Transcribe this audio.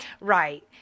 Right